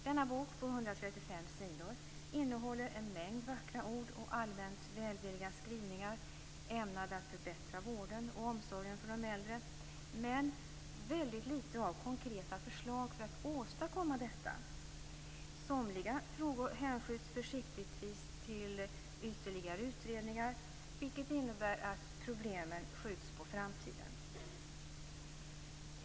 Denna bok på 135 sidor innehåller en mängd vackra ord och allmänt välvilliga skrivningar ämnade att förbättra vården och omsorgen för de äldre, men väldigt litet av konkreta förslag för att åstadkomma detta. Somliga frågor hänskjuts försiktigtvis till ytterligare utredningar, vilket innebär att problemen skjuts på framtiden.